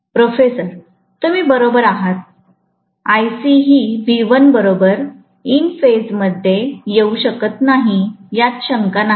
professor तुम्ही बरोबर आहात Ic ही V1 बरोबर इन फेज मध्ये येऊ शकत नाही यात काही शंका नाही